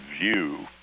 view